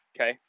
Okay